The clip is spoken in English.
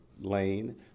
lane